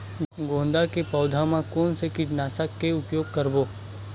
गेंदा के पौधा म कोन से कीटनाशक के उपयोग करबो?